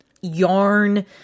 yarn